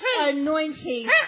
anointing